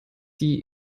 die